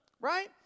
Right